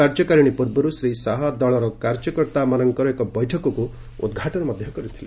କାର୍ଯ୍ୟକାରିଣୀ ପୂର୍ବରୁ ଶ୍ରୀ ଶାହା ଦଳର କାର୍ଯ୍ୟକର୍ତ୍ତାମାନଙ୍କର ଏକ ବୈଠକକ୍ ଉଦ୍ଘାଟନ କରିଥିଲେ